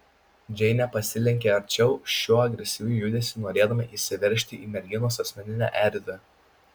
džeinė pasilenkė arčiau šiuo agresyviu judesiu norėdama įsiveržti į merginos asmeninę erdvę